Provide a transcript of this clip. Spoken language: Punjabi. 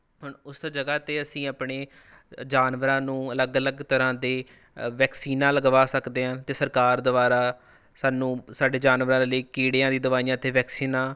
ਹੁਣ ਉਸ ਜਗ੍ਹਾ 'ਤੇ ਅਸੀਂ ਆਪਣੇ ਜਾਨਵਰਾਂ ਨੂੰ ਅਲੱਗ ਅਲੱਗ ਤਰ੍ਹਾਂ ਦੇ ਵੈਕਸੀਨਾਂ ਲਗਵਾ ਸਕਦੇ ਹਾਂ ਅਤੇ ਸਰਕਾਰ ਦੁਆਰਾ ਸਾਨੂੰ ਸਾਡੇ ਜਾਨਵਰਾਂ ਦੇ ਲਈ ਕੀੜਿਆਂ ਦੀਆਂ ਦਵਾਈਆਂ ਅਤੇ ਵੈਕਸੀਨਾਂ